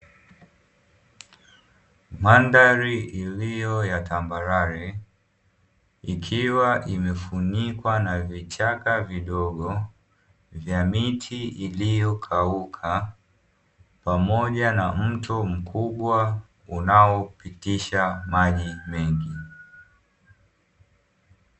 Mandari iliyo ya tambarare, ikiwa imefunikwa na vichaka vidogo vya miti iliyokauka pamoja na mto mkubwa unaopitisha maji mengi.